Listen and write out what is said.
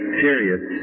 serious